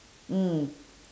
mm